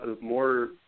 more